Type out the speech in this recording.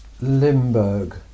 Limburg